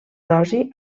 dosi